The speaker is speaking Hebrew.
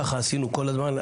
ככה עשינו כל הזמן,